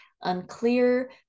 unclear